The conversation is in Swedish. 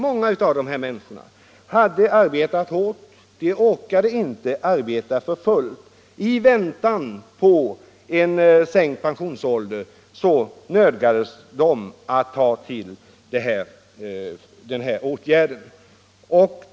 Många av dessa människor hade arbetat hårt, och de orkade inte längre arbeta för fullt. I väntan på en sänkt pensionsålder nödgades de vidta denna åtgärd.